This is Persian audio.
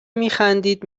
میخندید